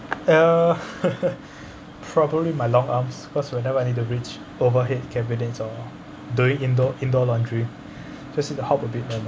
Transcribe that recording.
uh probably my long arms cause whenever I need to reach overhead cabinets or doing indoor indoor laundry just see the hop a bit moment